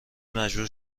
مجبور